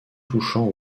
touchant